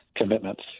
commitments